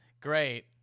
Great